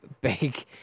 big